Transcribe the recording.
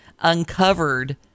uncovered